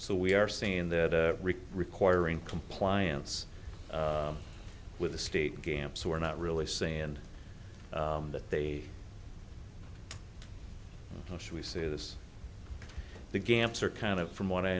so we are saying that rick requiring compliance with the state games who are not really saying that they should we say this the games are kind of from what i